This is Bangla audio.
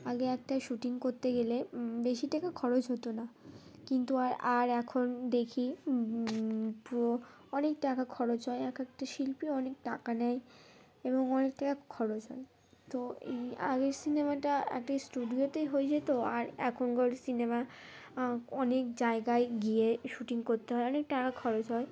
আগে একটা শ্যুটিং করতে গেলে বেশি টাকা খরচ হতো না কিন্তু আর আর এখন দেখি পুরো অনেক টাকা খরচ হয় এক একটা শিল্পী অনেক টাকা নেয় এবং অনেক টাকা খরচ হয় তো এই আগের সিনেমাটা আগে স্টুডিওতেই হয়ে যেত আর এখনকার সিনেমা অনেক জায়গায় গিয়ে শ্যুটিং করতে হয় অনেক টাকা খরচ হয়